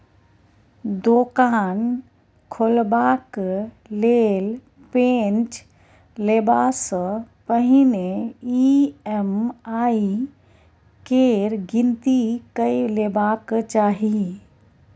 दोकान खोलबाक लेल पैंच लेबासँ पहिने ई.एम.आई केर गिनती कए लेबाक चाही